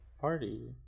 Party